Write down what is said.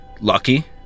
Lucky